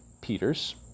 Peters